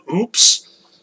Oops